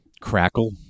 Crackle